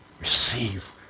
Receive